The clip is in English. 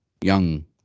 Young